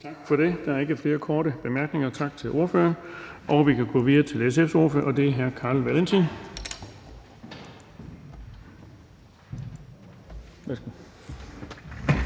Tak for det. Der er ikke flere korte bemærkninger. Tak til ordføreren. Vi kan gå videre til Liberal Alliances ordfører, og det er hr. Steffen